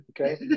Okay